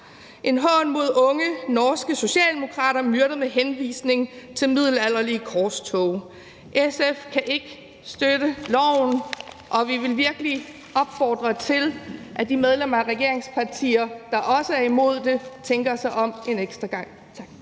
og mod unge norske socialdemokrater, der blev myrdet med henvisning til middelalderlige korstog. SF kan ikke støtte loven, og vi vil virkelig opfordre til, at de medlemmer af regeringspartierne, der også er imod den, tænker sig om en ekstra gang.